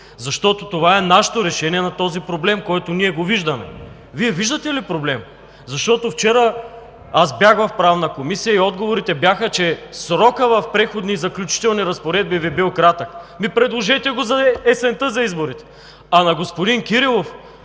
Защото това е нашето решение на този проблем, който ние виждаме. Вие виждате ли проблем? Защото вчера аз бях в Правната комисия и отговорите бяха, че срокът в „Преходните и заключителните разпоредби“ бил кратък. Ами, предложете го за есента за изборите. А на господин Кирилов